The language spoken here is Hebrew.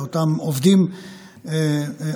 לאותם עובדים אמיצים,